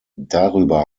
darüber